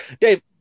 Dave